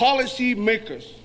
policy makers